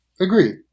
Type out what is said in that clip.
Agreed